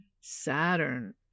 Saturn